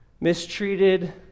mistreated